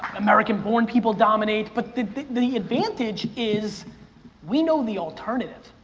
american born people dominate, but the the advantage is we know the alternative.